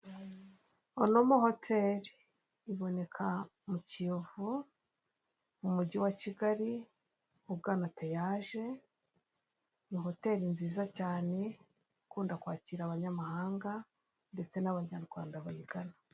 Isoko rifite ibicuruzwa bitandukanye by'imitako yakorewe mu Rwanda, harimo uduseke twinshi n'imitako yo mu ijosi, n'imitako yo kumanika mu nzu harimo n'ibibumbano bigiye bitandukanye n'udutebo.